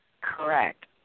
Correct